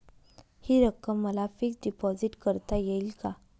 हि रक्कम मला फिक्स डिपॉझिट करता येईल का?